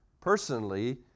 personally